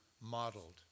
modeled